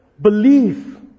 belief